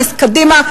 קדימה,